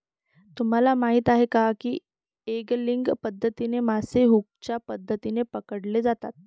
तुम्हाला माहीत आहे का की एंगलिंग पद्धतीने मासे हुकच्या मदतीने पकडले जातात